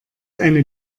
eine